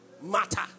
Matter